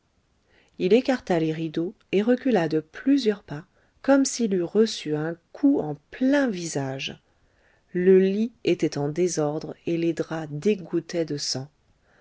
il écarta les rideaux et recula de plusieurs pas comme s'il eut reçu un coup en plein visage le lit était en désordre et les draps dégouttaient de sang